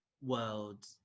world